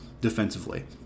defensively